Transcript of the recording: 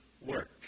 work